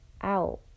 out